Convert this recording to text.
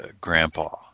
grandpa